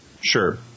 Sure